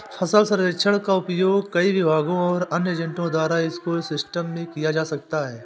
फसल सर्वेक्षण का उपयोग कई विभागों और अन्य एजेंटों द्वारा इको सिस्टम में किया जा सकता है